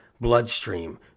bloodstream